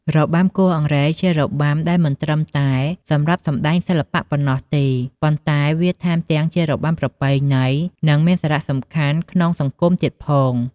របាំគោះអង្រែជារបាំដែលមិនត្រឹមតែសម្រាប់សំដែងសិល្បៈប៉ុណ្ណោះទេ ប៉ុន្តែវាថែមទាំងជារបាំប្រពៃណី និងមានសារៈសំខាន់ក្នុងសង្គមទៀតផង។